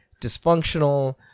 dysfunctional